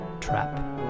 trap